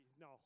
no